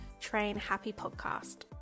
trainhappypodcast